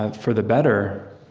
ah for the better,